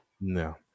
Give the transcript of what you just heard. No